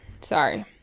Sorry